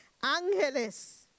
ángeles